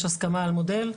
יש הסכמה על מודל,